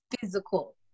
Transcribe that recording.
physical